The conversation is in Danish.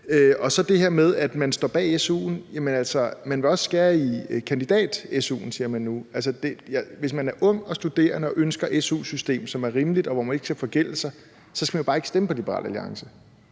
er der det her med, at man står bag su'en. Jamen altså, man vil også skære i kandidat-su'en, siger man nu. Hvis man er ung og studerende og ønsker et su-system, som er rimeligt, og hvor man ikke skal forgælde sig, skal man jo bare ikke stemme på Liberal Alliance.